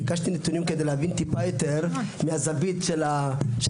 ביקשתי נתונים כדי להבין טיפה יותר מהזווית של הכנסת,